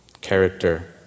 character